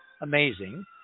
Amazing